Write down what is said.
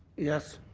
yes.